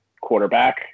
quarterback